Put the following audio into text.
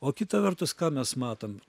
o kita vertus ką mes matom